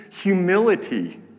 humility